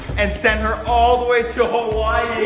and sent her all the way to hawaii.